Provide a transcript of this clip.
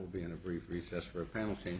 will be in a brief recess for a penalty